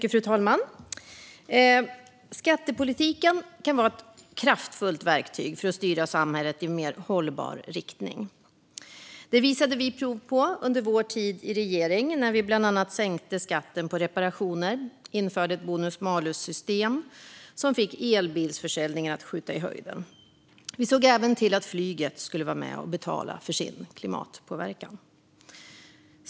Fru talman! Skattepolitiken kan vara ett kraftfullt verktyg för att styra samhället i en mer hållbar riktning. Det visade vi prov på under vår tid i regeringen när vi bland annat sänkte skatten på reparationer och införde ett bonus malus-system som fick elbilsförsäljningen att skjuta i höjden. Vi såg även till att flyget skulle vara med och betala för sin klimatpåverkan.